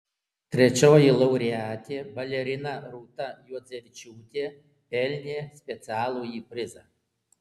trečioji laureatė balerina rūta juodzevičiūtė pelnė specialųjį prizą